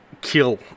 kill